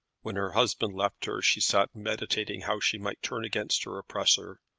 when her husband left her, she sat meditating how she might turn against her oppressor.